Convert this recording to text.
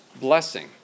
blessing